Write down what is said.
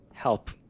Help